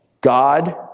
God